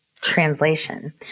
translation